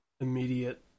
immediate